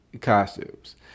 costumes